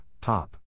top